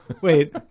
wait